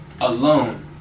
alone